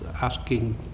asking